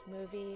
movie